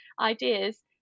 ideas